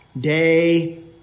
day